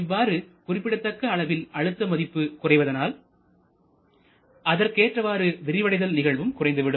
இவ்வாறு குறிப்பிடத்தக்க அளவில் அழுத்த மதிப்பு குறைவதனால் அதற்கேற்றவாறு விரிவடைதல் நிகழ்வும் குறைந்துவிடும்